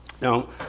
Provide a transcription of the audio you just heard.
Now